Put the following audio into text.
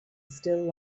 still